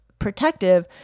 Protective